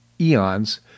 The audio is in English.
eons